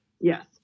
Yes